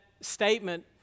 statement